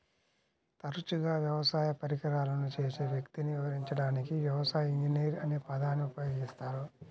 తరచుగా వ్యవసాయ పరికరాలను చేసే వ్యక్తిని వివరించడానికి వ్యవసాయ ఇంజనీర్ అనే పదాన్ని ఉపయోగిస్తారు